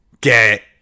get